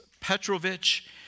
Petrovich